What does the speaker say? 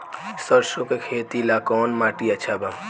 सरसों के खेती ला कवन माटी अच्छा बा?